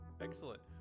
Excellent